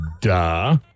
Duh